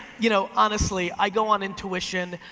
you know honestly, i go on intuition,